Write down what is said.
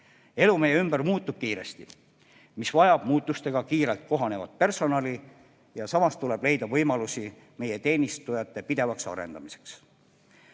Elu meie ümber muutub kiiresti, mis vajab muutustega kiirelt kohanevat personali ja samas tuleb leida võimalusi meie teenistujate pidevaks arendamiseks.